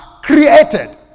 created